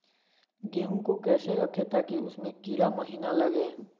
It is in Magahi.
गेंहू को कैसे रखे ताकि उसमे कीड़ा महिना लगे?